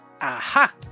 aha